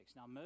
Now